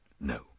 No